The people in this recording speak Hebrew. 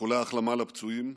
איחולי החלמה לפצועים,